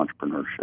entrepreneurship